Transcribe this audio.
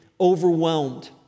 overwhelmed